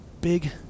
big